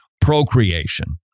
procreation